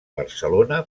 barcelona